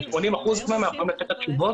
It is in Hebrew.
80 אחוזים מהם אנחנו יכולים לתת את התשובות